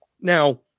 Now